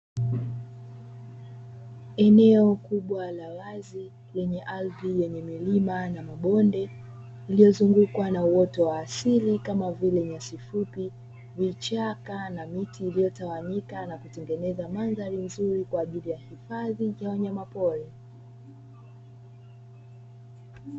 Eneo kubwa la wazi lenye ardhi yenye milima na mabonde lililozungukwa na uoto wa asili kama vile nyasi fupi, vichaka na miti iliyotawanyika na kutengeneza mandhari nzuri kwa ajili ya hifadhi ya wanyama pori.